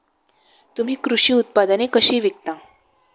तुम्ही कृषी उत्पादने कशी विकता?